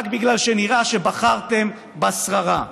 רק בגלל שנראה שבחרתם בשררה.